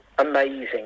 Amazing